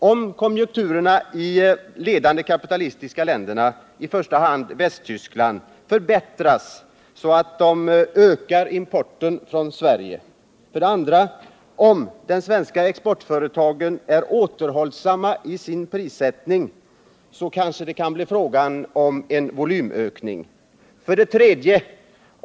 Om konjunkturen i de ledande kapitalistiska länderna — i första hand i Västtyskland — förbättras så att de ökar importen från Sverige. 2. Om de svenska exportföretagen är återhållsamma i sin prissättning så att det kan bli fråga om en volymökning. 3.